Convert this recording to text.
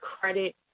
credit